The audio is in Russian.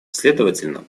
следовательно